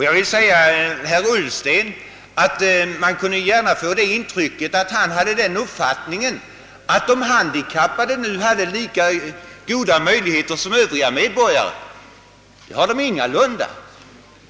Av herr Ullstens anförande kunde man få intrycket att han hade den uppfattningen att de handikappade nu har lika goda möjligheter som alla andra. Det har de ingalunda.